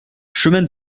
chemin